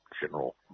General